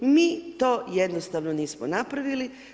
Mi to jednostavno nismo napravili.